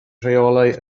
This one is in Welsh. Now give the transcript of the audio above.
rheolau